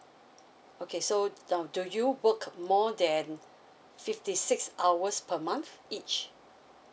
okay so now do you work more than fifty six hours per month each